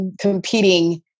competing